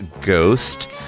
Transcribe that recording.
Ghost